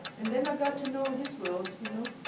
and then i got to know his world, you know